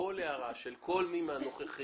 כל הערה של כל מי מהנוכחים,